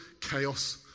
chaos